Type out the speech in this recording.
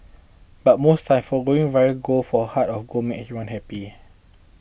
but most times foregoing viral gold for a heart of gold makes everyone happy